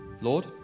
Lord